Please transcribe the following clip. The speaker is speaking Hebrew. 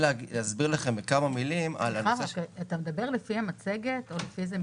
סליחה, אתה מדבר לפי המצגת או לפי איזה מסמך?